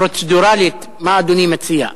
פרוצדורלית, מה אדוני מציע?